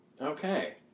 okay